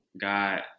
God